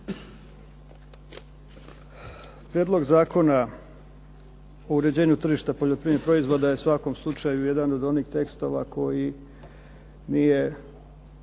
Prijedlog zakona o uređenju tržišta poljoprivrednih proizvoda je u svakom slučaju jedan od onih tekstova koji nije